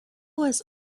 was